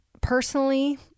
personally